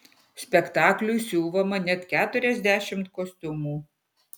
spektakliui siuvama net keturiasdešimt kostiumų